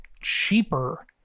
cheaper